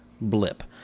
blip